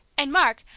and, mark,